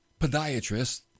podiatrist